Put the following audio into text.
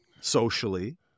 socially